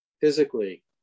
physically